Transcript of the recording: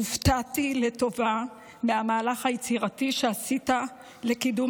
הופתעתי לטובה מהמהלך היצירתי שעשית לקידום